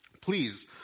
Please